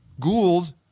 gould